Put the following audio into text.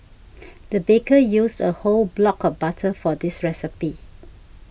the baker used a whole block of butter for this recipe